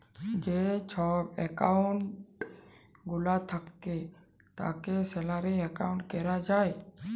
যে ছব একাউল্ট গুলা থ্যাকে তাকে স্যালারি একাউল্ট ক্যরা যায়